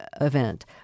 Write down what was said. event